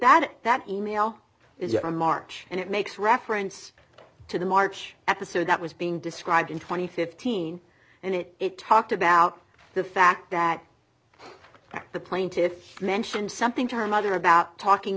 that that e mail is from march and it makes reference to the march episode that was being described in two thousand and fifteen and it it talked about the fact that the plaintiffs mentioned something to her mother about talking